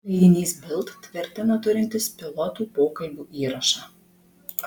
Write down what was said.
leidinys bild tvirtina turintis pilotų pokalbių įrašą